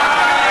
השר לוין,